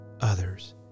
others